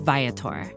Viator